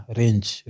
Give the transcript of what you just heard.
range